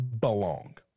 belong